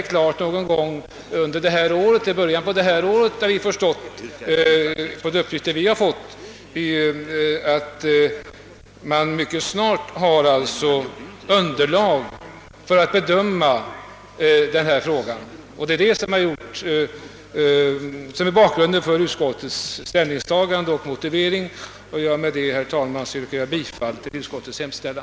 Enligt de uppgifter vi har fått beräknar man att mycket snart, redan i år, få tillräckligt underlag för en bedömning av frågan. Detta är bakgrunden till utskottets ställningstagande och motivering. Med detta, herr talman, yrkar jag bifall till utskottets hemställan.